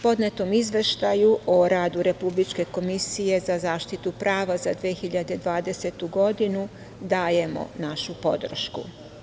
Podnetom Izveštaju o radu Republičke komisije za zaštitu prava za 2020. godinu dajemo našu podršku.